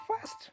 first